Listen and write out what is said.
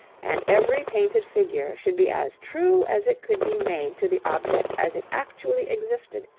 and every painted figure should be as true as it could be made to the object as it actually existed,